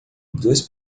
duas